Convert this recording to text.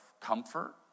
comfort